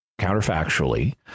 counterfactually